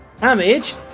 damage